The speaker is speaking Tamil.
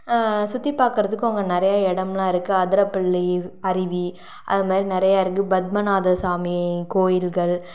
சுற்றி பார்க்குறதுக்கும் அங்கே நிறையா இடம்லாம் இருக்கு அதிரப்பள்ளி அருவி அது மாரி நிறையா இருக்கு பத்மநாத சாமி கோயில்கள்